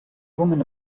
woman